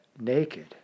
naked